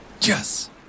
Yes